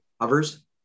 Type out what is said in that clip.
hovers